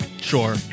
Sure